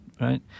right